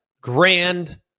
grand